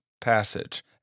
Passage